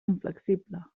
inflexible